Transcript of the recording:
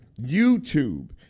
YouTube